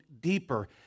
deeper